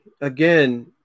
again